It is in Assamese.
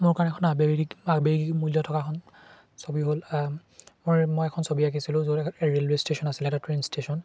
মোৰ কাৰণে এখন আবেগিক বা আবেগিক মূল্য থকা এখন ছবি হ'ল মই মই এখন ছবি আঁকিছিলোঁ য'ত ৰে'লৱে ষ্টেশ্যন আছিলে এটা ট্ৰেইন ষ্টেশ্যন